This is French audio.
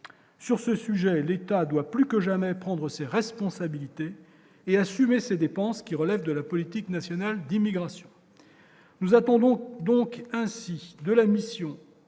sur ce sujet, l'État doit plus que jamais prendre ses responsabilités et assumer ces dépenses qui relève de la politique nationale, d'immigration, nous attendons donc ainsi de la mission